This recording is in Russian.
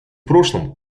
прошлом